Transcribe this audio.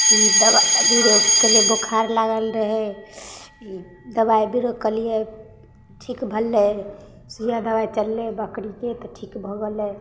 ई दवाइ बीरो केलिए बोखार लागल रहै ई दवाइ बीरो केलिए ठीक भेलै सुइआ दवाइ चललै बकरीके तऽ ठीक भऽ गेलै